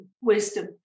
wisdom